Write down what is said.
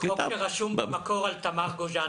--- החוק רשום במקור על תמר גוז'נסקי.